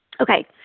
Okay